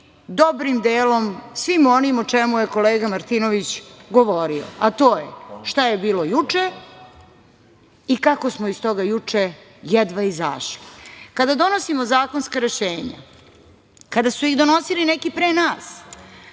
dobrim delom svim onim o čemu je kolega Martinović govorio, a to je - šta je bilo juče i kako smo iz toga juče jedva izašli. Kada donosimo zakonska rešenja, kada su ih donosili neki pre nas,